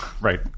Right